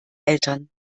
eltern